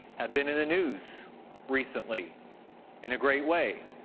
have been in the news recently in a great way.